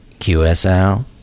QSL